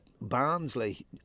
Barnsley